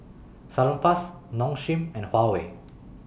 Salonpas Nong Shim and Huawei